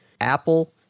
Apple